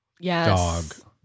Yes